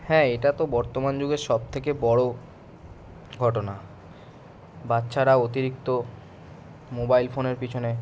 হ্যাঁ এটা তো বর্তমান যুগের সব থেকে বড়ো ঘটনা বাচ্চারা অতিরিক্ত মোবাইল ফোনের পিছনে